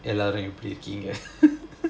எல்லோரும் எப்டிருக்கீங்க:ellorum epdirukeenga